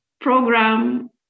program